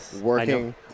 working